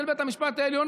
של בית המשפט העליון.